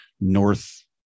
North